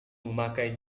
memakai